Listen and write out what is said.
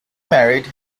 married